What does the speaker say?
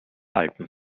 alpen